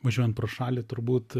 važiuojant pro šalį turbūt